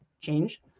change